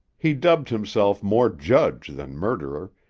he dubbed himself more judge than murderer,